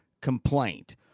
complaint